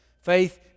Faith